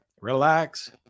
relax